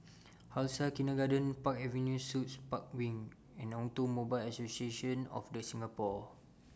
Khalsa Kindergarten Park Avenue Suites Park Wing and Automobile Association of The Singapore